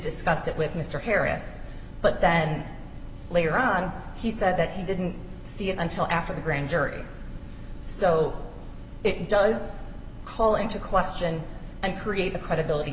discuss it with mr harris but then later on he said that he didn't see it until after the grand jury so it does call into question and create a credibility